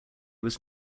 was